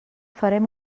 farem